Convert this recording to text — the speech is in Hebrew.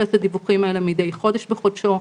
את הדיווחים האלה מידי חודש בחודשו,